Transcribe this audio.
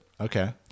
Okay